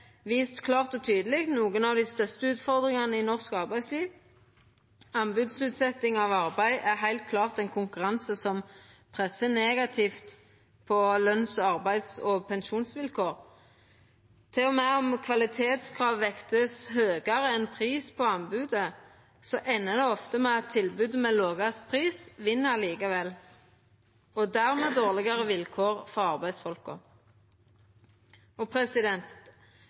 vist klart og tydeleg nokre av dei største utfordringane i norsk arbeidsliv. Anbodsutsetjing av arbeid er heilt klart ein konkurranse som pressar negativt på løns-, arbeids- og pensjonsvilkår. Til og med om kvalitetskrav vert vekta høgare enn pris på anbodet, endar det ofte med at tilbodet med lågast pris vinn likevel – og dermed vert det dårlegare vilkår for arbeidsfolka.